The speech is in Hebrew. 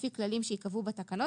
לפי כללים שייקבעו בתקנות,